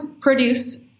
produced